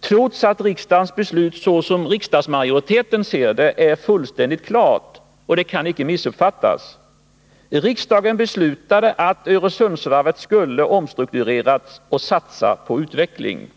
trots att riksdagens beslut, såsom riksdagsmajoriteten ser det, är fullständigt klart och inte kan missuppfattas. Riksdagsbeslutet var att Öresundsvarvet skulle omstruktureras och satsa på utveckling.